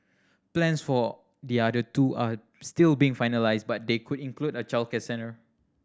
plans for the other two are still being finalised but they could include a childcare centre